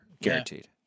Guaranteed